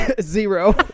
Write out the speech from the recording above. zero